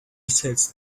sells